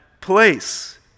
place